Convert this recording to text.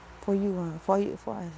for you ah for you for us